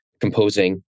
composing